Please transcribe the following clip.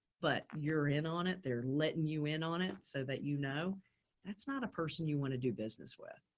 but you're in on it, they're letting you in on it so that you know that's not a person you want to do business with.